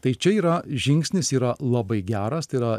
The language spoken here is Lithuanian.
tai čia yra žingsnis yra labai geras tai yra